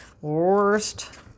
worst